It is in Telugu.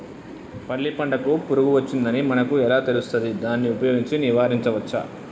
పల్లి పంటకు పురుగు వచ్చిందని మనకు ఎలా తెలుస్తది దాన్ని ఉపయోగించి నివారించవచ్చా?